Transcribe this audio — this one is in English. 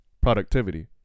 Productivity